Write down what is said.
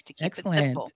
Excellent